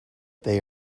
they